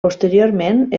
posteriorment